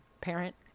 parent